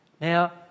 Now